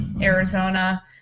Arizona